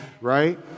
right